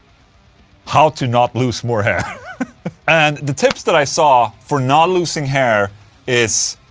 how to not lose more hair and the tips that i saw for not loosing hair is.